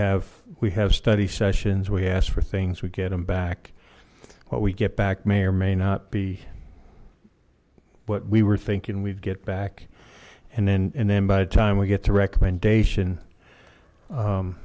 have we have study sessions we ask for things we get them back what we get back may or may not be what we were thinking we'd get back and then and then by the time we get to recommendation